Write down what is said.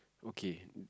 okay